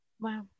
Wow